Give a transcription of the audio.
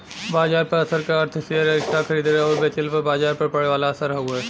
बाजार पर असर क अर्थ शेयर या स्टॉक खरीदले आउर बेचले पर बाजार पर पड़े वाला असर हउवे